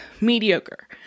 mediocre